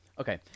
Okay